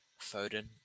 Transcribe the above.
Foden